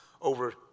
over